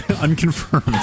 Unconfirmed